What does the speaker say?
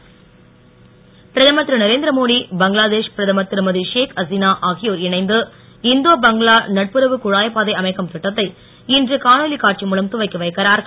குழாய் பாதை பிரதமர் திரு நரேந்திரமோடி பங்களாதேஷ் பிரதமர் திருமதி ஷேக் ஹசினா ஆகியோர் இணைந்து இந்தோ பங்களா நட்புறவு குழாய்பாதை அமைக்கும் திட்டத்தை இன்று காணொலி காட்சி மூலம் துவக்கி வைக்கிறார்கள்